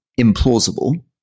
implausible